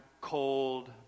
cold